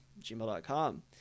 gmail.com